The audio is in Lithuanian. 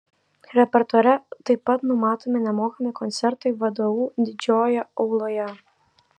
repertuare taip pat numatomi nemokami koncertai vdu didžiojoje auloje